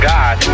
God